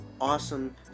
awesome